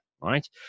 right